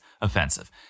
offensive